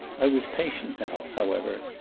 i was patient now, however,